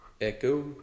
Echo